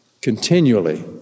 continually